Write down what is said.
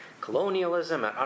Colonialism